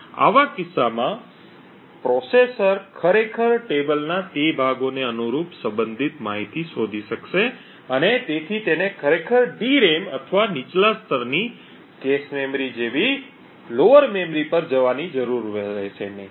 આવા કિસ્સામાં પ્રોસેસર ખરેખર ટેબલના તે ભાગોને અનુરૂપ સંબંધિત માહિતી શોધી શકશે અને તેથી તેને ખરેખર DRAM અથવા નીચલા સ્તરની cache મેમરી જેવી નીચલી મેમરી પર જવાની જરૂર રહેશે નહીં